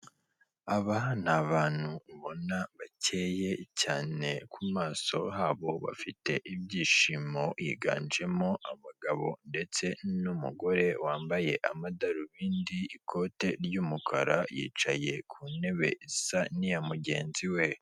Aba n'abantu ubona bakenye cyane ku maso habo, bafite ibyishimo. Yiganjemo abagabo ndetse n'umugore wambaye amadarubindi. Ikote ry'umukara yicaye ku ntebe isa n'iya mugenzi we.